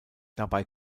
dabei